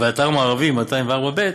ואתר מערבי, 204ב,